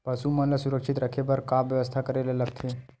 पशु मन ल सुरक्षित रखे बर का बेवस्था करेला लगथे?